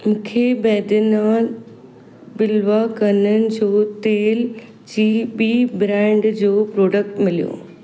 मूंखे बैद्यनाथ बिल्वा कननि जो तेल जी ॿी ब्रांड जो प्रोडक्ट मिलियो